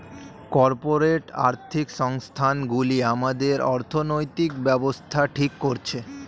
corporate আর্থিক সংস্থান গুলি আমাদের অর্থনৈতিক ব্যাবস্থা ঠিক করছে